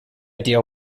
deal